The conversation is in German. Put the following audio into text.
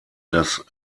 das